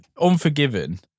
Unforgiven